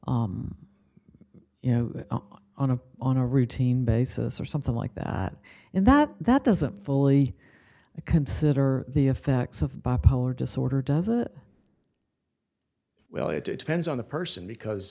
you know on a on a routine basis or something like that and that that doesn't fully consider the effects of bipolar disorder does it well it depends on the person